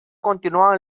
continua